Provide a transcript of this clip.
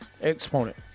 Exponent